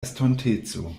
estonteco